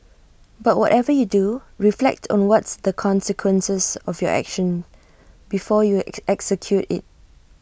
but whatever you do reflect on what's the consequences of your action before you execute IT